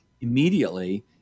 immediately